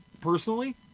personally